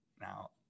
Now